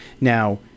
Now